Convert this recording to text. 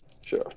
Sure